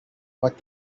what